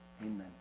Amen